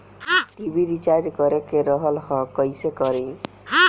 TV recharge करे के रहल ह कइसे करी?